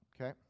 okay